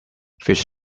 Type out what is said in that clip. fish